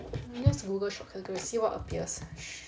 let's google shop categories see what appears